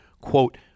quote